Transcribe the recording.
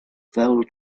fell